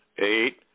eight